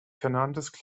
claims